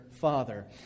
father